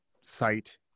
site